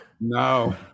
No